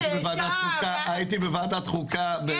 בגלל שהייתי בוועדת חוקה בדיון חשוב.